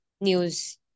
news